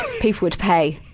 people would pay.